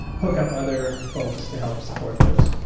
hook up other folks to help support those.